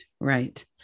right